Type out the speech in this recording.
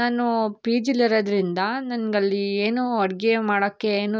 ನಾನು ಪಿ ಜಿಲ್ಲಿರೋದರಿಂದ ನನ್ಗೆ ಅಲ್ಲಿ ಏನೂ ಅಡಿಗೆ ಮಾಡೋಕೆ ಏನೂ